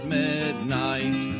midnight